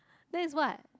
that is what